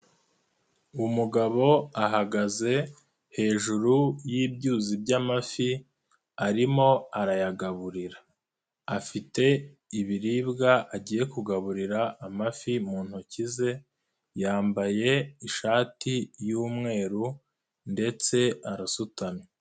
Umugabo ahagaze hejuru y'ibyuzi by'amafi arimo arayagaburira. Afite ibiribwa agiye kugaburira amafi mu ntoki ze, yambaye ishati y'umweru ndetse arasutamye.